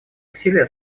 усилия